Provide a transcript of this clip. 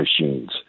machines